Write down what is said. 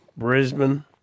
Brisbane